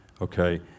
okay